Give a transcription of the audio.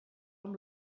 amb